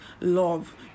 Love